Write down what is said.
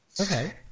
Okay